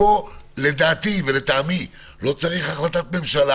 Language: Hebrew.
כאן לדעתי ולטעמי לא צריך החלטת ממשלה